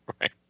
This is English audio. Right